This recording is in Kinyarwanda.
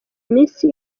iminsi